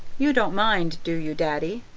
you don't mind, do you, daddy?